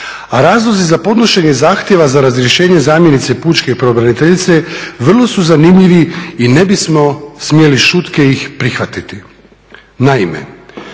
a razlozi za podnošenje zahtjeva za razrješenje zamjenice pučke pravobraniteljice vrlo su zanimljivi i ne bismo smjeli šutke ih prihvatiti. Naime,